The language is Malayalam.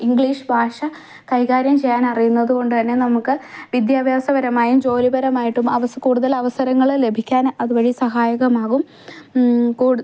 ഇംഗ്ലീഷ് ഭാഷ കൈകാര്യം ചെയ്യാനറിയുന്നത് കൊണ്ട് തന്നെ നമുക്ക് വിദ്യാഭാസപരമായും ജോലിപരമായിട്ടും അവസരം കൂടുതൽ അവസരങ്ങൾ ലഭിക്കാൻ അത്വഴി സഹായകമാകും കൂടു